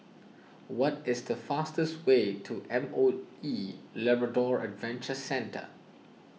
what is the fastest way to M O E Labrador Adventure Centre